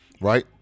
right